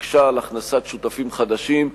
מקשה על הכנסת שותפים חדשים,